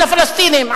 על הפלסטינים,